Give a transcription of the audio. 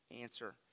answer